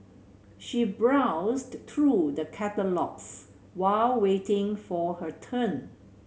she browsed through the catalogues while waiting for her turn